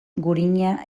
gurina